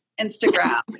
Instagram